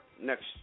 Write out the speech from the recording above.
next